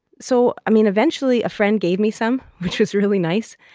so, i mean, eventually, a friend gave me some which was really nice.